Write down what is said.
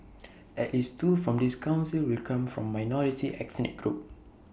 at least two from this Council will come from minority ethnic groups